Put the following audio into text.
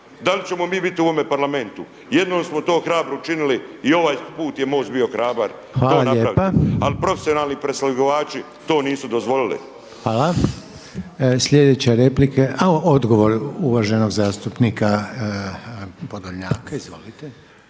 da li ćemo mi biti u ovome Parlamentu. Jednom smo to hrabro učinili i ovaj put je MOST bio hrabar to napraviti. …/Upadica Reiner: Hvala lijepa./… Ali profesionalni preslagivači to nisu dozvolili. **Reiner, Željko (HDZ)** Hvala. Sljedeća replika… A odgovor uvaženog zastupnika Podolnjaka, izvolite.